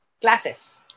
classes